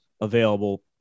available